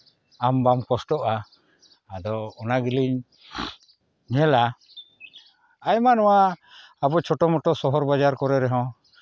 ᱟᱢ ᱵᱟᱢ ᱠᱚᱥᱴᱚᱜᱼᱟ ᱟᱫᱚ ᱚᱱᱟ ᱜᱮᱞᱤᱧ ᱧᱮᱞᱟ ᱟᱭᱢᱟ ᱱᱚᱣᱟ ᱟᱵᱳ ᱪᱷᱳᱴᱳ ᱢᱚᱴᱳ ᱥᱚᱦᱚᱨ ᱵᱟᱡᱟᱨ ᱠᱚᱨᱮ ᱨᱮᱦᱚᱸ